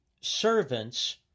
servants